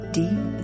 deep